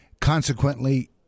Consequently